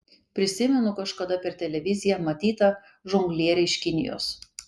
prisimenu kažkada per televiziją matytą žonglierę iš kinijos